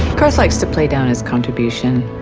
garth likes to play down his contribution,